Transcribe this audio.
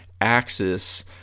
axis